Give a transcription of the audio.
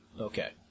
Okay